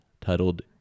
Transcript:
titled